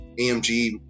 AMG